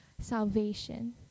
salvation